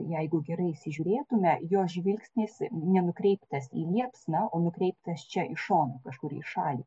jeigu gerai įsižiūrėtume jo žvilgsnis nenukreiptas į liepsną o nukreiptas čia į šoną kažkur į šalį